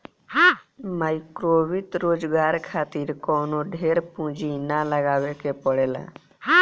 माइक्रोवित्त रोजगार खातिर कवनो ढेर पूंजी ना लगावे के पड़ेला